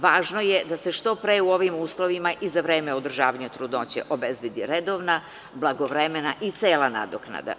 Važno je da se što pre u ovim uslovima i za vreme održavanje trudnoće obezbedi redovna, blagovremena i cela nadoknada.